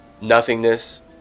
nothingness